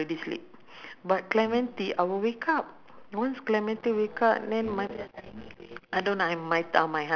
ah because people don't want ah ya ya especially those company that do not provide transport